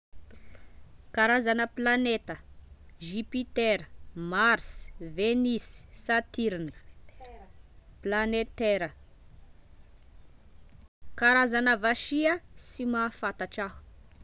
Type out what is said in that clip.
Karazana planeta: jupiter, mars, venus, saturne, planete terra, karazana vasia sy mahafantatry aho.